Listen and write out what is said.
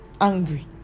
angry